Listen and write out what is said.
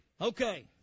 Okay